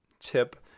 tip